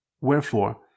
Wherefore